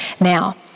Now